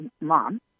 mom